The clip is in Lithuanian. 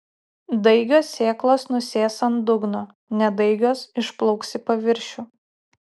daigios sėklos nusės ant dugno nedaigios išplauks į paviršių